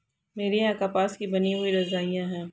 मेरे यहां कपास की बनी हुई रजाइयां है